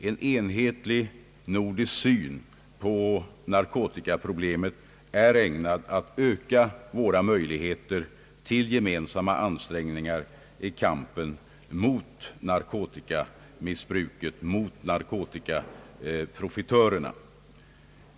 En enhetlig nordisk syn på narkotikaproblemet är ägnad att öka våra möjligheter till gemensamma ansträngningar i kampen mot narkotikamissbruket, mot <narkotikaprofitörerna.